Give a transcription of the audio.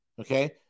Okay